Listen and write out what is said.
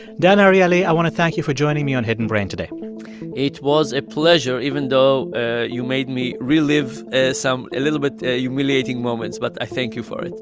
dan ariely, i want to thank you for joining me on hidden brain today it was a pleasure, even though ah you made me relive ah some a little bit humiliating moments. but i thank you for it